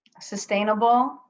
sustainable